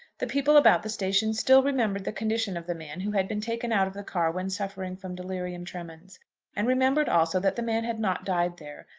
the people about the station still remembered the condition of the man who had been taken out of the car when suffering from delirium tremens and remembered also that the man had not died there,